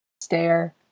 stare